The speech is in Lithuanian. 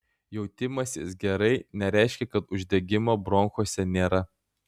jautimasis gerai nereiškia kad uždegimo bronchuose nėra